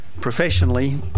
professionally